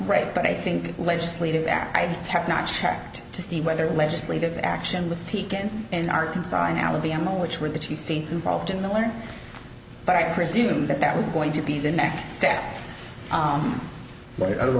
great but i think legislative act i've not checked to see whether legislative action was taken in arkansas and alabama which were the two states involved in the one but i presume that that was going to be the next step but o